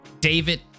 David